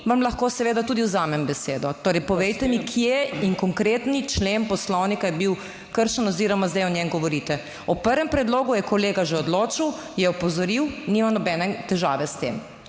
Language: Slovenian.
vam lahko seveda tudi vzamem besedo. Torej povejte mi, kje in konkretni člen Poslovnika je bil kršen oziroma zdaj o njem govorite. O prvem predlogu je kolega že odločil, je opozoril, nimam nobene težave s tem.